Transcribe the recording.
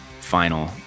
final